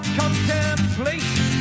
contemplation